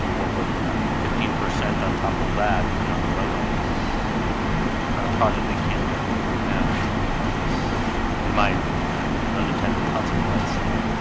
what would ah fifteen percent on top of that even on the low end is on a project they can't make work right now becomes in my opinion an under tended consequence that